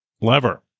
lever